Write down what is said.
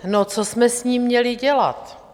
No, co jsme s ním měli dělat?